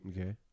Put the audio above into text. Okay